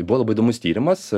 buvo labai įdomus tyrimas